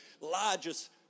largest